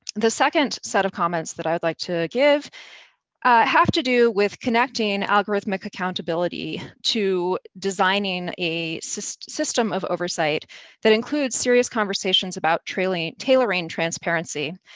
the second set of comments that i would like to give have to do with connecting algorithmic accountability to designing a system system of oversight that includes serious conversations about tailoring tailoring transparency.